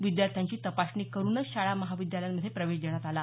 विद्यार्थ्यांची तपासणी करूनच शाळा महाविद्यालयांमध्ये प्रवेश देण्यात आला